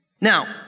Now